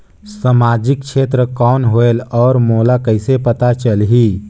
समाजिक क्षेत्र कौन होएल? और मोला कइसे पता चलही?